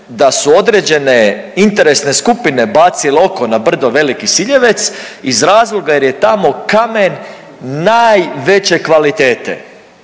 da su određene interesne skupine bacile oko na brdo Veliki Siljevec iz razloga jer je tamo kamen najveće kvalitete,